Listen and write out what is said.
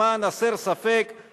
למען הסר ספק,